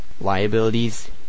liabilities